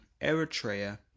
Eritrea